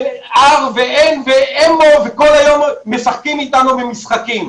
זה R ו-N ואמו, וכל היום משחקים אתנו במשחקים.